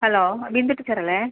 hello Bindu teacher അല്ലേ